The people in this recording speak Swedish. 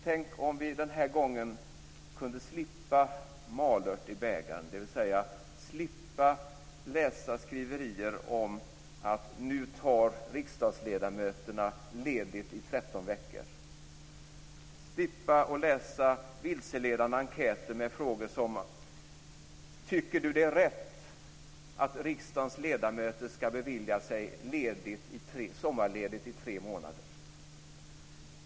Tänk om vi den här gången kunde slippa malört i bägaren, dvs. slippa läsa skriverier om att riksdagsledamöterna nu tar ledigt i 13 veckor och slippa läsa vilseledande enkäter med frågor, t.ex.: Tycker du att det är rätt att riksdagens ledamöter skall bevilja sig sommarledigt i tre månader?